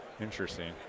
interesting